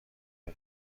کنم